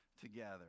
together